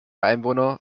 einwohner